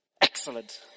Excellent